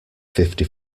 fifty